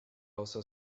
also